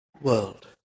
world